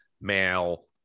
male